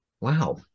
wow